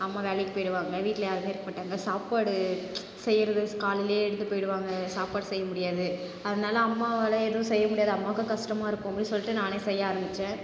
அம்மா வேலைக்குப் போயிடுவாங்க வீட்டில் யாரும் இருக்க மாட்டாங்க சாப்பாடு செய்கிறது காலையில் எழுந்து போய்டுவாங்க சாப்பாடு செய்ய முடியாது அதனால் அம்மாவால் எதுவும் செய்ய முடியாது அம்மாவுக்கும் கஷ்டமாக இருக்கும் அப்படின்னு சொல்லிட்டு நானே செய்ய ஆரமித்தேன்